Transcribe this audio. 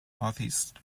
northeast